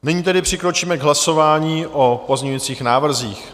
Nyní tedy přikročíme k hlasování o pozměňujících návrzích.